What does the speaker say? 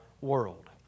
world